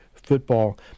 Football